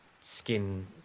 skin